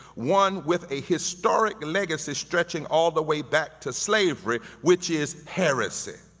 one with a historic legacy stretching all the way back to slavery which is heresy.